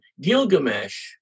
Gilgamesh